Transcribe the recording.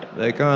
like, um